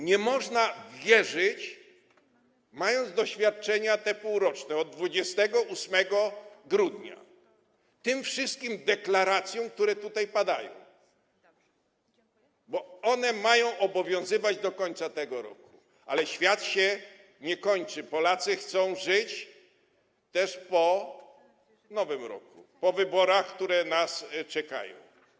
Nie można więc wierzyć, mając doświadczenia te półroczne, od 28 grudnia, tym wszystkim deklaracjom, które tutaj padają, bo one mają obowiązywać do końca tego roku, ale świat się nie kończy, Polacy chcą żyć też po Nowym Roku, po wyborach, które nas czekają.